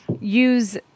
use